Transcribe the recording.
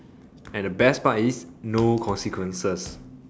and the best part is no consequences